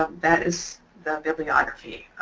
ah that is the bibliography.